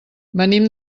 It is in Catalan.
venim